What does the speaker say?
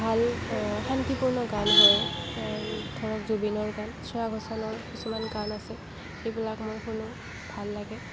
ভাল শান্তিপূৰ্ণ গান ধৰক ধৰক জুবিনৰ গান শ্ৰেয়া ঘোষালৰ কিছুমান গান আছে সেইবিলাক মই শুনো ভাল লাগে